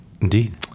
Indeed